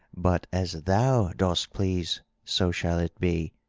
but as thou dost please, so shall it be,